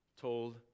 told